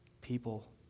people